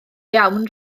iawn